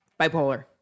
Bipolar